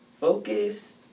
focus